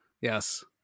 yes